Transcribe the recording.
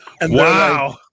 Wow